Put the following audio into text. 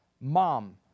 mom